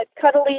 cuddly